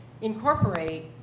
incorporate